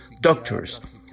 doctors